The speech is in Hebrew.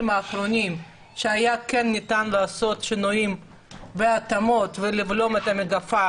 האחרונים כאשר היה כן ניתן לעשות שינויים והתאמות ולבלום את המגפה,